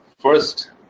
first